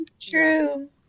true